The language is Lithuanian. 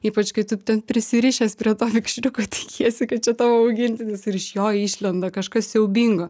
ypač kai tu ten prisirišęs prie to vikšriuko tikiesi kad čia tavo augintinis ir iš jo išlenda kažkas siaubingo